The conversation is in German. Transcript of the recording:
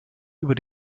über